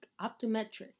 Optometric